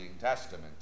testament